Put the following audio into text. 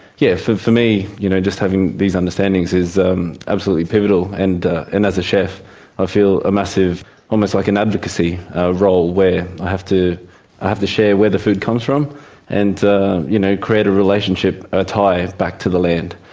yes, for for me, you know, just having these understandings is absolutely pivotal, and and as a chef i feel a massive almost like an advocacy role where i have to. i have to share where the food comes from and you know, create a relationship, a tie, back to the land.